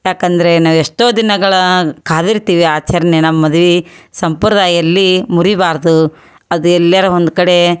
ಏಕಂದ್ರೆ ನಾವು ಎಷ್ಟೋ ದಿನಗಳು ಕಾದಿರ್ತೀವಿ ಆಚರ್ಣೆ ನಮ್ಮ ಮದ್ವೆ ಸಂಪ್ರದಾಯದಲ್ಲೀ ಮುರೀಬಾರದು ಅದು ಎಲ್ಲಾರ ಒಂದು ಕಡೆ